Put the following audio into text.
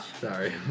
sorry